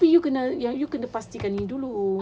tapi you kena yang you kena pasti kan ni dulu